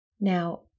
now